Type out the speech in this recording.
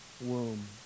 womb